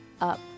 up